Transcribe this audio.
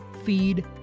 Feed